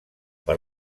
per